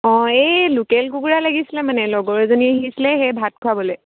অঁ এই লোকেল কুকুৰা লাগিছিলে মানে লগৰ এজনী আহিছিলে সেই ভাত খোৱাবলৈ